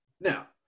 now